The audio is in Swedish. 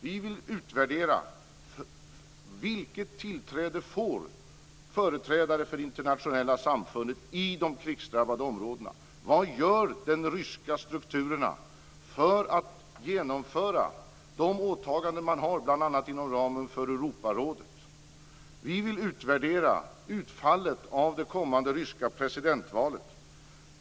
Vi vill utvärdera vilket tillträde företrädare för det internationella samfundet får i de krigsdrabbade områdena och vad de ryska strukturerna gör för att genomföra de åtaganden man har bl.a. inom ramen för Europarådet. Vi vill utvärdera utfallet av det kommande ryska presidentvalet.